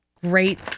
great